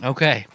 Okay